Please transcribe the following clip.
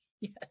Yes